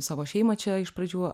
savo šeimą čia iš pradžių